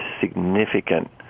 significant